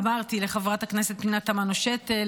אמרתי לחברת הכנסת פנינה תמנו שטה,